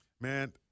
Man